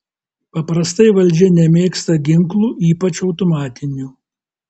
paprastai valdžia nemėgsta ginklų ypač automatinių